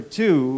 two